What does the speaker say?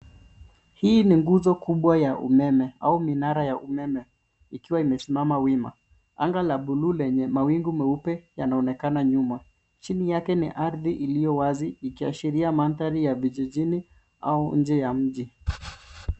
Hii ni nguzo kubwa ya umeme au minara ya umeme ikiwa imesimama wima. Anga la bluu lenye mawingu meupe yanaonekana nyuma. Chini yake ni ardhi iliyo wazi ikiashiria mandhari ya vijijini au nje ya mji.